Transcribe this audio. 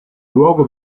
luogo